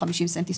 50 סנטיסטוק.